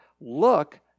Look